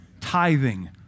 Tithing